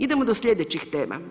Idemo do sljedećih tema.